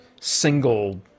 single